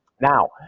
Now